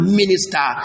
minister